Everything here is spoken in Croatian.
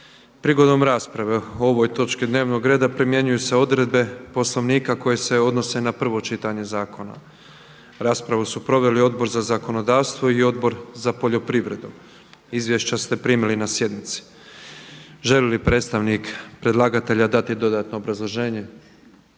Prigodom rasprave o ovoj točki dnevnog reda primjenjuju se odredbe Poslovnika koje se odnose na 1. čitanje zakona. Raspravu su proveli Odbor za zakonodavstvo i Odbor za poljoprivredu. Izvješća ste primili na sjednici. Želi li predstavnik predlagatelja dati dodatno obrazloženje?